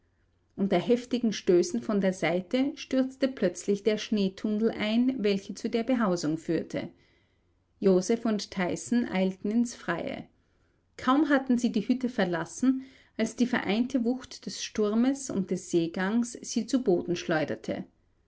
unter heftigen stößen von der seite stürzte plötzlich der schneetunnel ein welcher zu der behausung führte joseph und tyson eilten ins freie kaum hatten sie die hütte verlassen als die vereinte wucht des sturmes und des seegangs sie zu boden schleuderte